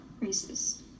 racist